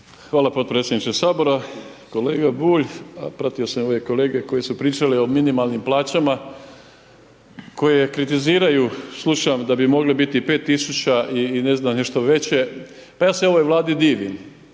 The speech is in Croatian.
Hvala potpredsjedniče Sabora. Kolega Bulj, pratio sam i ove kolege koji su pričali o minimalnim plaćama koje kritiziraju slušam da bi mogli biti 5.000 i ne znam nešto veće. Pa ja se ovoj Vladi divim